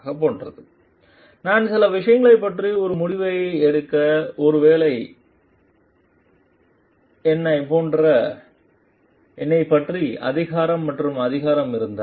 போன்ற நான் சில விஷயங்களைப் பற்றி ஒரு முடிவை எடுக்க ஒருவேளை என்ன போன்ற என்ன பற்றி அதிகாரம் மற்றும் அதிகாரம் இருந்தால்